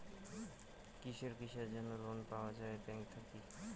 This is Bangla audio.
কিসের কিসের জন্যে লোন পাওয়া যাবে ব্যাংক থাকি?